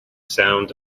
sound